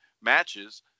matches